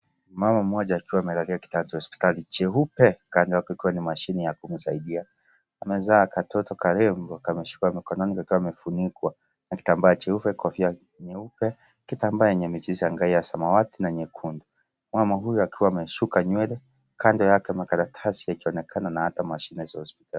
Mama mmoja akiwa amelalia kitanda Cha hospitali cheupe kando yake ikiwa ni mashine ya kumsaidia. Amezaa katoto karembo kameshikwa mkononi kakiwa kamefunikwa na kitambaa cheupe, kofia nyeupe, kitambaa chenye michirizi ya samawati na nyekundu. Mama huyu akiwa amesuka nywele kando yake makaratasi yakionekana na hata mashine za hospitali.